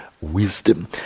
wisdom